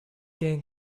gain